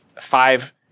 five